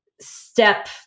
step